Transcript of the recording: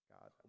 God